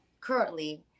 currently